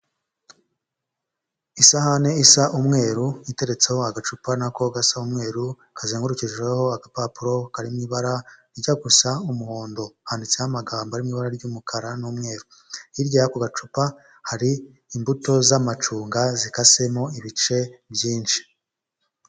Isahani isa umweru iteretseho agacupa nako gasa umweru, kazengurukijweho agapapuro karimo ibara rijya gusa umuhondo, handitseho amagambo ari ibara ry'umukara n'umweru, hirya y'ako gacupa hari imbuto z'amacunga zikasemo ibice byinshi.